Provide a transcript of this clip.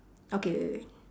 okay wait wait